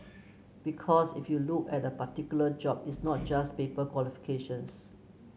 because if you look at a particular job it's not just paper qualifications